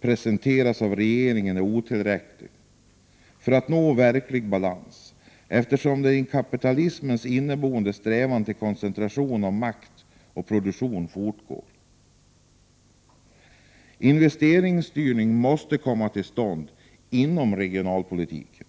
presenteras av regeringen — är otillräcklig när det gäller att nå varaktig balans, eftersom den i kapitalismen inneboende strävan efter koncentration av makt och produktion fortgår. Investeringsstyrning måste komma till stånd inom regionalpolitiken.